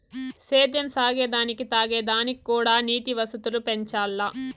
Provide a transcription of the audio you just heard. సేద్యం సాగే దానికి తాగే దానిక్కూడా నీటి వసతులు పెంచాల్ల